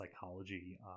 psychology